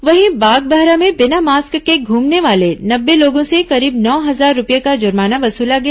वहीं बागबाहरा में बिना मास्क के घूमने वाले नब्बे लोगों से करीब नौ हजार रूपये का जुर्माना वसूला गया